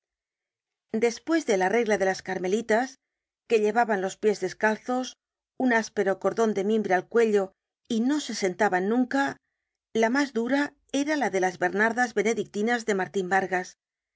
despues de la regla de las carmelitas que llevaban los pies des calzos un áspero cordon de mimbre al cuello y no se sentaban nunca la mas dura era la de las bernardas benedictinas de martin vargas